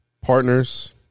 Partners